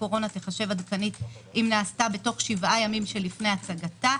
קורונה תיחשב עדכנית אם נעשתה בתוך שבעה ימים שלפני הצגתה,